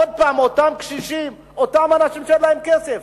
עוד פעם, אותם קשישים, אותם אנשים שאין להם כסף.